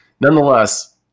nonetheless